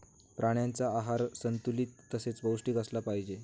प्राण्यांचा आहार संतुलित तसेच पौष्टिक असला पाहिजे